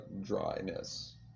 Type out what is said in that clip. dryness